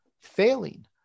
failing